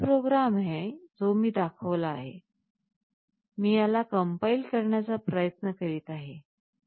हा तोच प्रोग्रॅम आहे जो मी दाखवला आहे मी याला कम्पाइल करण्याचा प्रयत्न करीत आहे